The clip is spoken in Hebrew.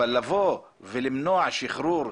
אבל לבוא ולמנוע שחרור,